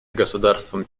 государствам